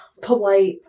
polite